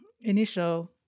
initial